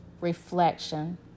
reflection